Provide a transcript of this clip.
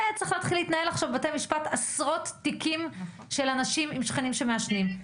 זה יוביל לעשרות תיקים של אנשים עם שכנים שמעשנים,